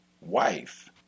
wife